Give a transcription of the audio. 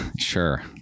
Sure